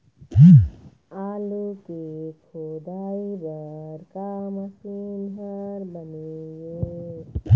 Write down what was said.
आलू के खोदाई बर का मशीन हर बने ये?